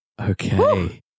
Okay